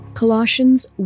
Colossians